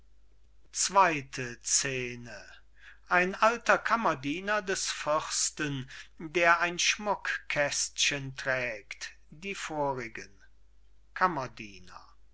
herrlichkeitzweite scene ein alter kammerdiener des fürsten der ein schmuckkästchen trägt die vorigen kammerdiener